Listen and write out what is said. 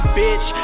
bitch